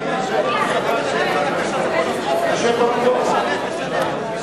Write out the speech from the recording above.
ההצעה להסיר מסדר-היום את הצעת חוק התקשורת (בזק ושידורים) (תיקון,